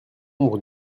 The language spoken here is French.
nombre